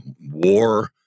war